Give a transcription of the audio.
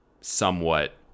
somewhat